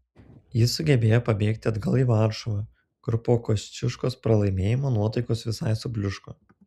jis sugebėjo pabėgti atgal į varšuvą kur po kosciuškos pralaimėjimo nuotaikos visiškai subliūško